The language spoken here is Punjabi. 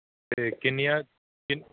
ਅਤੇ ਕਿੰਨੀਆਂ ਕਿ